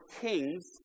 kings